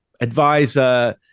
advisor